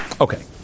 Okay